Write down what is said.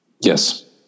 Yes